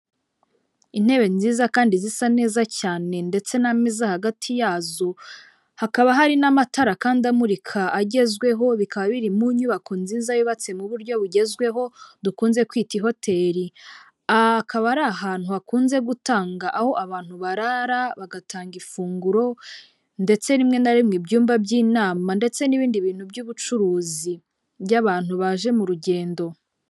Intebe nziza kandi zisa neza cyane ndetse n'ameza hagati yazo, hakaba hari n'amatara kandi amurika agezweho, bikaba biri mu nyubako nziza yubatse mu buryo bugezweho dukunze kwita i hoteli, akaba ari ahantu hakunze gutanga aho abantu barara bagatanga ifunguro ndetse rimwe na rimwe ibyumba by'inama, ndetse n'ibindi bintu by'ubucuruzi by'abantu baje mu rugendo.